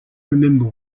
remember